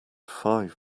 five